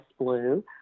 blue